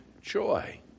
joy